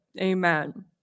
Amen